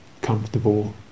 comfortable